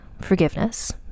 forgiveness